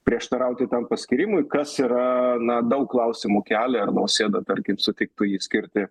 prieštarauti tam paskyrimui kas yra gana na daug klausimų kelia ar nausėda tarkim sutiktų jį skirti